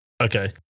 Okay